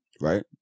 Right